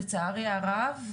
לצערי הרב,